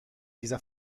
dieser